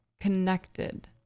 connected